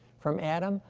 from adam,